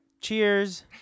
Cheers